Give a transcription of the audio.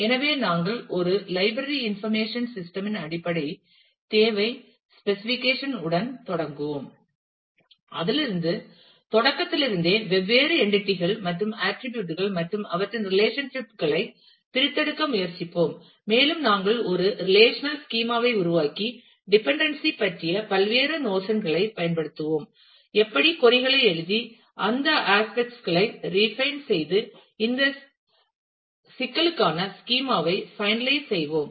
எனவே நாங்கள் ஒரு லைப்ரரி இன்ஃபர்மேஷன் சிஸ்டம் இன் அடிப்படை தேவை ஸ்பெசிஃபிகேஷன் உடன் தொடங்குவோம் அதிலிருந்து தொடக்கத்திலிருந்தே வெவ்வேறு என்டிட்டி கள் மற்றும் ஆட்டிரிபியூட் கள் மற்றும் அவற்றின் ரிலேஷன்ஷிப் களைப் பிரித்தெடுக்க முயற்சிப்போம் மேலும் நாங்கள் ஒரு ரெலேஷனல் ஸ்கீமா ஐ உருவாக்கி டிப்பன்டென்சி பற்றிய பல்வேறு நோஷன் களைப் பயன்படுத்துவோம் எப்படி கொறி களை எழுதி அந்த ஆஸ்ப்பெக்ட் களை ரீபைன் செய்து இந்த சிக்கலுக்கான ஸ்கீமா ஐ பைனலைஸ் செய்வோம்